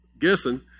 guessing